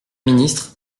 ministre